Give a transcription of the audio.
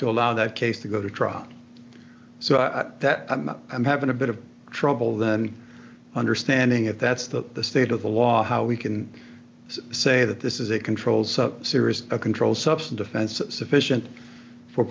to allow that case to go to trial so that i'm having a bit of trouble then understanding it that's the the state of the law how we can say that this is a controlled so serious a controlled substance offenses sufficient for